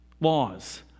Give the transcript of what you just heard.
laws